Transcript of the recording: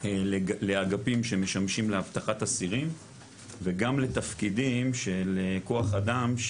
לאגפים שמשמשים לאבטחת אסירים וגם לתפקידים של כוח אדם,